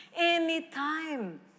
anytime